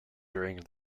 during